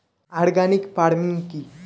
Organic farming কি?